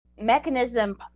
mechanism